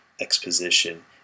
exposition